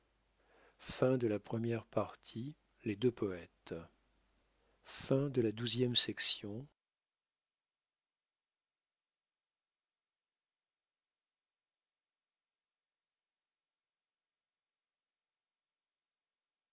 de balzac première partie les deux poètes